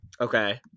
okay